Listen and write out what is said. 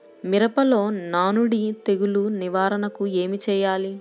మిరపలో నానుడి తెగులు నివారణకు ఏమి చేయాలి?